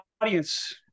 audience